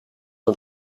een